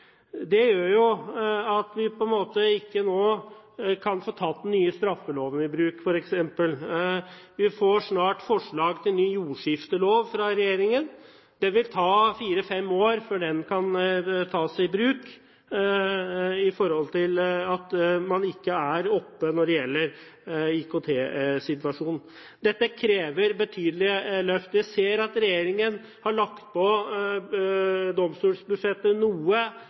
tatt den nye straffeloven i bruk nå. Vi får snart forslag til ny jordskiftelov fra regjeringen. Det vil ta fire–fem år før den kan tas i bruk, siden man ikke er oppe når det gjelder IKT-situasjonen. Dette krever betydelige løft. Vi ser at regjeringen har lagt på domstolsbudsjettet noe